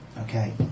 Okay